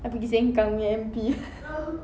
I pergi sengkang punya M_P